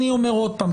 אני אומר עוד פעם,